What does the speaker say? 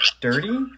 Dirty